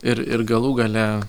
ir ir galų gale